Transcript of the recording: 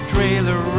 Trailer